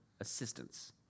assistance